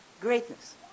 greatness